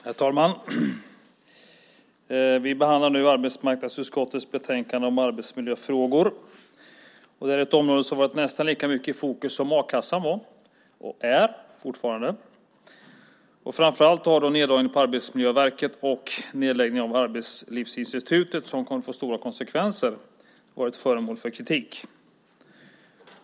Herr talman! Vi behandlar nu arbetsmarknadsutskottets betänkande om arbetsmiljöfrågor. Det är ett område som har varit nästan lika mycket i fokus som a-kassan var och fortfarande är. Framför allt har neddragningen på Arbetsmiljöverket och nedläggningen av Arbetslivsinstitutet, som kommer att få stora konsekvenser, varit föremål för kritik.